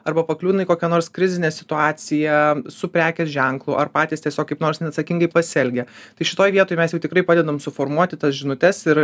arba pakliūna į kokią nors krizinę situaciją su prekės ženklu ar patys tiesiog kaip nors neatsakingai pasielgė tai šitoj vietoj mes jau tikrai padedam suformuoti tas žinutes ir